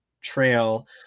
Trail